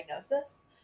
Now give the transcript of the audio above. diagnosis